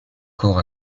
corps